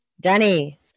danny